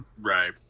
Right